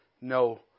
no